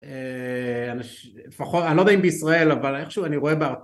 אני לא יודע אם בישראל אבל איכשהו אני רואה